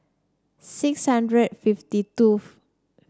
six hundred fifty